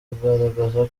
rugaragaza